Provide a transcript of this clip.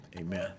amen